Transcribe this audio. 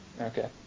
Okay